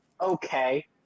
okay